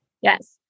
Yes